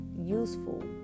useful